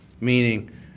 Meaning